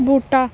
बूह्टा